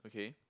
okay